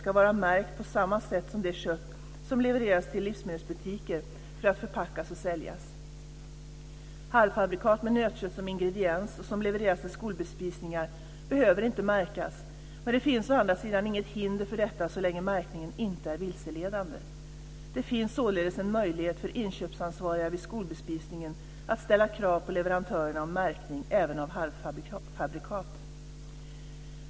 ska vara märkt på samma sätt som det kött som levereras till livsmedelsbutiker för att förpackas och säljas. Halvfabrikat med nötkött som ingrediens vilka levereras till skolbespisningar behöver inte märkas, men det finns å andra sidan inget hinder för detta så länge märkningen inte är vilseledande. Det finns således en möjlighet för inköpsansvariga vid skolbespisningen att ställa krav på leverantörerna om märkning även av halvfabrikat.